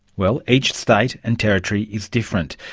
well, each state and territory is different.